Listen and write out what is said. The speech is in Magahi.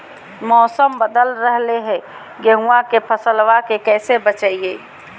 मौसम बदल रहलै है गेहूँआ के फसलबा के कैसे बचैये?